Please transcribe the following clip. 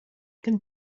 can